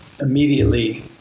immediately